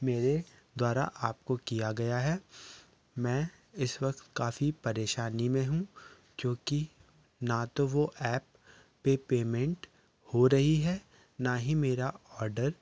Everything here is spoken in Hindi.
मेरे द्वारा आपको किया गया है मैं इस वक्त काफ़ी परेशानी में हूँ क्योंकि ना तो वो आप पे पेमेंट हो रही है ना ही मेरा ऑर्डर